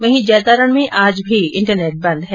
वहीं जैतारण में आज भी इंटरनेट बंद हैं